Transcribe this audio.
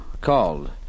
called